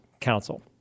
Council